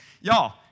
y'all